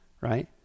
Right